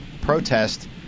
protest